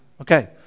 Okay